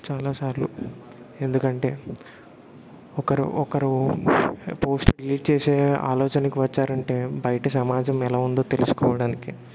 చాలా సార్లు ఎందుకంటే ఒకరు ఒకరు పోస్ట్ డిలీట్ చేసే ఆలోచనకి వచ్చారంటే బయట సమాజం ఎలా ఉందో తెలుసుకోవడానికి